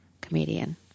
comedian